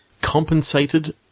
Compensated